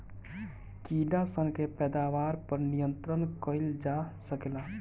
कीड़ा सन के पैदावार पर नियंत्रण कईल जा सकेला